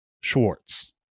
Schwartz